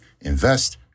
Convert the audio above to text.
invest